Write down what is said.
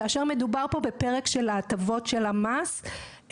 מדובר פה בפרק של הטבות המס,